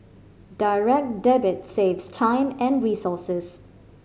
Direct Debit saves time and resources